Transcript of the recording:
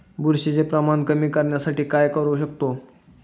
बुरशीचे प्रमाण कमी करण्यासाठी काय करू शकतो?